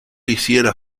hiciera